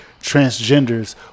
transgenders